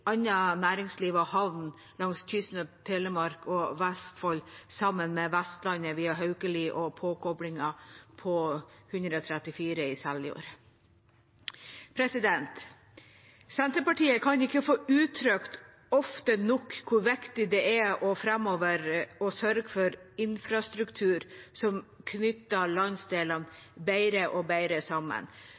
næringsliv og havner langs kysten av Telemark og Vestfold sammen med Vestlandet via Haukeli og påkoblingen på E134 i Seljord. Senterpartiet kan ikke få uttrykt ofte nok hvor viktig det er framover å sørge for infrastruktur som knytter landsdelene bedre og bedre sammen,